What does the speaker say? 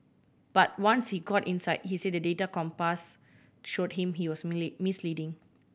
but once he got inside he said the data Compass showed him he was misleading